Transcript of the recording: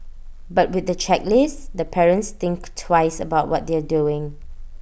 but with the checklist the parents think twice about what they are doing